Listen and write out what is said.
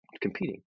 competing